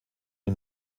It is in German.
die